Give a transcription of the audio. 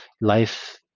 life